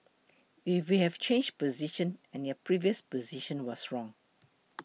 if we have changed position and your previous position was wrong